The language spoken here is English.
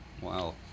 Wow